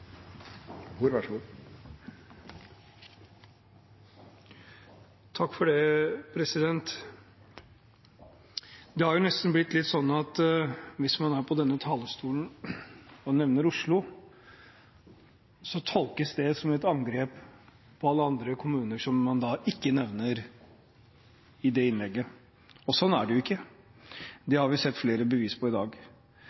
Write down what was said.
på denne talerstolen og nevner Oslo, så tolkes det som et angrep på alle andre kommuner som man ikke nevner i det innlegget. Sånn er det jo ikke, det har vi sett flere bevis på i dag.